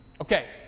Okay